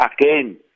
again